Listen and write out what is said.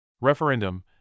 Referendum